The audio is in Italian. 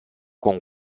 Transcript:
con